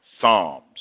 Psalms